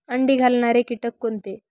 अंडी घालणारे किटक कोणते?